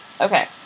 Okay